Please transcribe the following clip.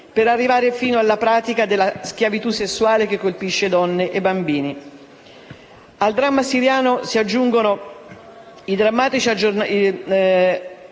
per arrivare fino alla pratica della schiavitù sessuale, che colpisce donne e bambini. Al dramma siriano si aggiungono i drammatici